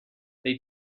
they